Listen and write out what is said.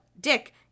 dick